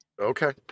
Okay